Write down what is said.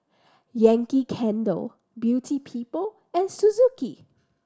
Yankee Candle Beauty People and Suzuki